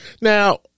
Now